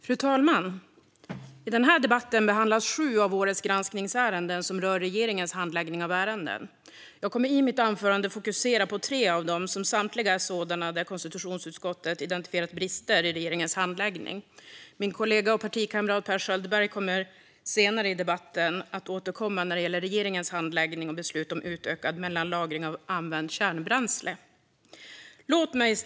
Fru talman! I den här debatten behandlas sju av årets granskningsärenden rörande regeringens handläggning av ärenden. Jag kommer i mitt anförande att fokusera på tre av dem. Samtliga är sådana där konstitutionsutskottet identifierat brister i regeringens handläggning. Min kollega och partikamrat Per Schöldberg återkommer senare i debatten när det gäller regeringens handläggning av och beslut om utökad mellanlagring av använt kärnbränsle. Fru talman!